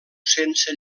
sense